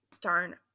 darn